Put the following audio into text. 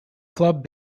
club